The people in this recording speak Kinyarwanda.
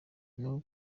n’ubu